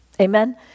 Amen